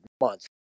months